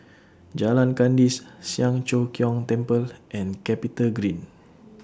Jalan Kandis Siang Cho Keong Temple and Capitagreen